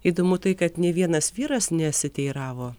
įdomu tai kad nė vienas vyras nesiteiravo